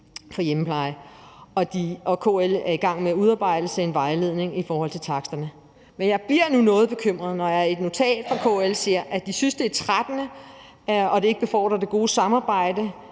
for hjemmepleje, og at KL er i gang med at udarbejde en vejledning i forhold til taksterne. Men jeg bliver nu noget bekymret, når jeg i et notat fra KL ser, at de synes, det er trættende og ikke befordrer det gode samarbejde